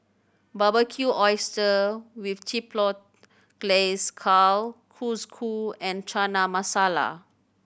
Barbecued Oyster with Chipotle Glaze Kalguksu and Chana Masala